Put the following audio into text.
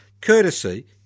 courtesy